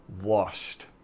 washed